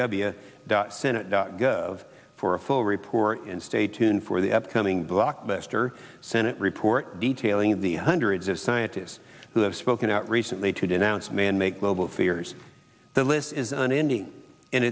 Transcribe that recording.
senate dot gov for a full report and stay tuned for the upcoming blockbuster senate report detailing the hundreds of scientists who have spoken out recently to denounce manmade global fears the list is an ending